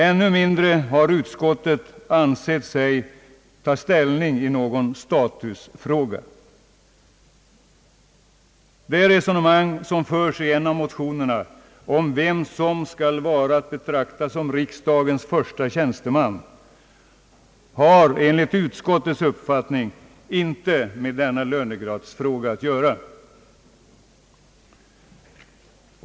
Ännu mindre har utskottet ansett sig ta ställning i någon statusfråga. Det resonemang som förs i en av motionerna om vem som skall vara att betrakta som riksdagens förste tjänsteman har enligt utskottets uppfattning inte med denna lönegradsfråga att göra.